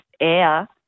air